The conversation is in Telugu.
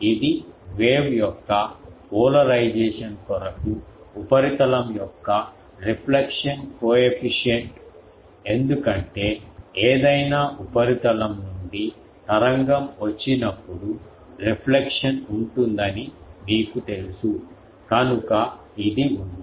ఇది వేవ్ యొక్క పోలరైజేషన్ కొరకు ఉపరితలం యొక్క రిఫ్లెక్షన్ కోఎఫిషియంట్ ఎందుకంటే ఏదైనా ఉపరితలం నుండి తరంగం వచ్చినప్పుడు రిఫ్లెక్షన్ ఉంటుందని మీకు తెలుసు కనుక ఇది ఉంది